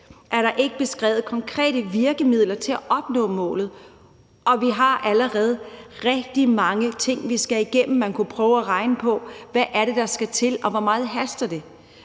er der ikke beskrevet konkrete virkemidler til at opnå målet, og vi har allerede rigtig mange ting, vi skal igennem. Man kunne prøve at regne på, hvad det er, der skal til, og hvor meget det